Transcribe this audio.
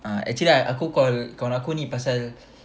ah actually aku call kawan aku ni pasal